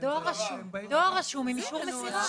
דואר רשום עם אישור מסירה.